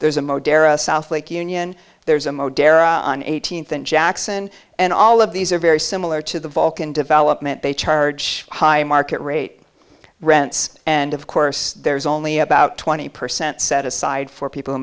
there's a moderen south lake union there's a moderen on eighteenth in jackson and all of these are very similar to the vulcan development they charge high in market rate rents and of course there's only about twenty percent set aside for people who